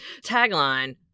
Tagline